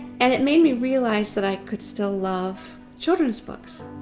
and it made me realize that i could still love children's books,